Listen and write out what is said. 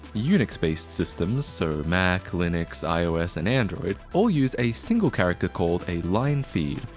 unix-based systems, so mac, linux, ios, and android, all use a single character called a line feed,